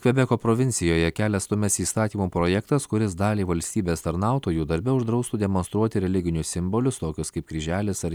kvebeko provincijoje kelią stumiasi įstatymų projektas kuris daliai valstybės tarnautojų darbe uždraustų demonstruoti religinius simbolius tokius kaip kryželis ar